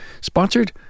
sponsored